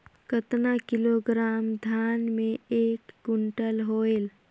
कतना किलोग्राम धान मे एक कुंटल होयल?